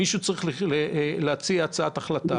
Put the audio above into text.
מישהו צריך להציע הצעת החלטה לקבינט,